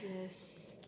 yes